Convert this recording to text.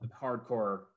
hardcore